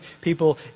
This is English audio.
people